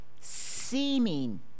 seeming